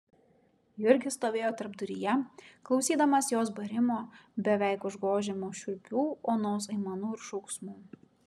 jurgis stovėjo tarpduryje klausydamas jos barimo beveik užgožiamo šiurpių onos aimanų ir šauksmų